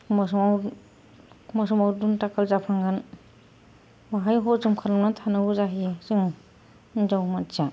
एखमब्ला समाव एखमब्ला समाव दुमदाखाल जाफ्लांगोन आमफ्राय हजम खालामनानै थानांगौ जों हिनजाव मानसिया